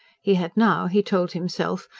he had now, he told himself,